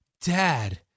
Dad